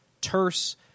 terse